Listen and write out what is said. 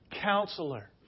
Counselor